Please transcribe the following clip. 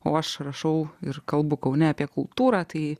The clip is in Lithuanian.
o aš rašau ir kalbu kaune apie kultūrą tai